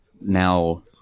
now